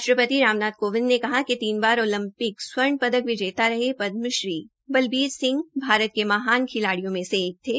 राष्ट्रपति राम नाथ कोविंद ने कहा है कि तीन बार ओलंपिक स्वर्ण विजेता रहे पदमश्री बलबीर भारत के महान खिलाड़ियों में से एक थे